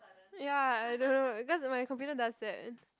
ya I don't know cause my computer does that